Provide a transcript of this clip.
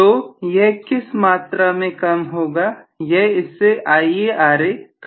तो यह किस मात्रा में कम होगी यह इससे IaRa कम होगा